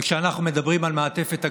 כמובן, וכשאנחנו מדברים על מעטפת הגנה,